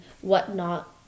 whatnot